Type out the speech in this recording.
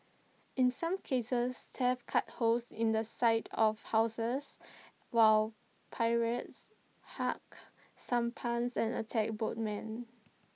in some cases thieves cut holes in the side of houses while pirates sampans and attacked boatmen